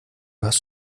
hast